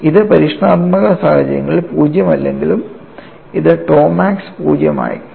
ഇത് പരീക്ഷണാത്മക സാഹചര്യങ്ങളിൽ 0 അല്ലെങ്കിലും ഇത് tau മാക്സ് 0 ആക്കി